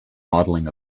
modelling